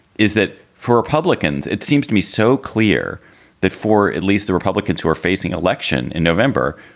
is that for republicans, it seems to be so clear that for at least the republicans who are facing election in november,